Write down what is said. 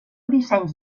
dissenys